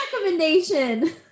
recommendation